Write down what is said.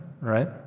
right